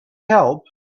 help